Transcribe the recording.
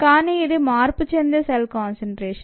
కానీ ఇది మార్పు చెందే సెల్ కాన్సంట్రేషన్